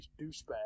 douchebag